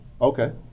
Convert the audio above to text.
Okay